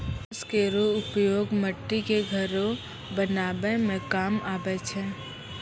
बांस केरो उपयोग मट्टी क घरो बनावै म काम आवै छै